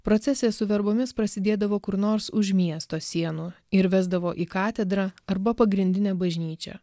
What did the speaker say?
procesija su verbomis prasidėdavo kur nors už miesto sienų ir vesdavo į katedrą arba pagrindinę bažnyčią